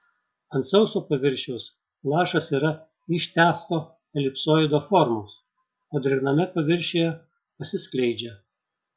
ant sauso paviršiaus lašas yra ištęsto elipsoido formos o drėgname paviršiuje pasiskleidžia